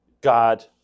God